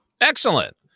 Excellent